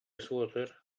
swatter